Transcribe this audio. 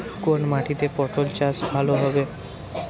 কোন মাটিতে পটল চাষ ভালো হবে?